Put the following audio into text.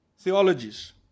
theologies